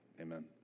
amen